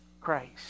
Christ